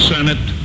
Senate